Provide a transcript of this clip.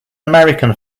american